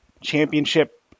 championship